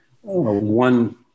one